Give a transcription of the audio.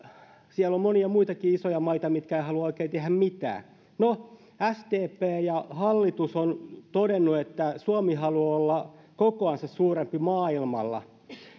siellä on monia muitakin isoja maita mitkä eivät halua oikein tehdä mitään no sdp ja hallitus ovat todenneet että suomi haluaa olla kokoansa suurempi maailmalla